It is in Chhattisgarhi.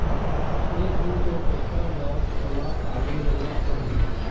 एक दिन तो टेक्टर बर तोला टाली लेनच परही